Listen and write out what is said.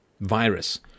virus